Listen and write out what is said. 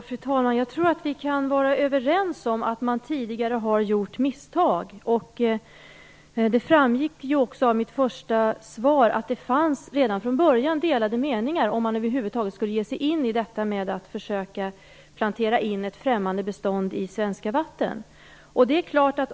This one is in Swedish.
Fru talman! Jag tror att vi kan vara överens om att man tidigare har gjort misstag. Det framgick också av svaret att det redan från början fanns delade meningar om huruvida man över huvud taget skulle ge sig in i att försöka plantera in ett främmande bestånd i svenska vatten.